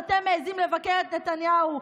אז אתם מעיזים לבקר את נתניהו?